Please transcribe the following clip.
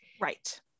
right